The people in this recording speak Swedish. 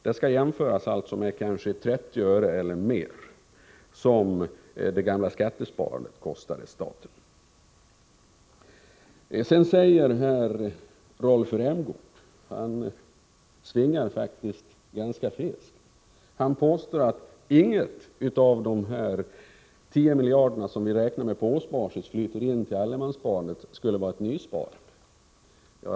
Det skall jämföras med de 30 öre eller mer som det gamla skattesparandet kostade staten. Rolf Rämgård säger ganska friskt att ingenting av de 10 miljarder som vi på årsbasis räknar med skall flyta in till allemanssparandet skulle vara nysparande.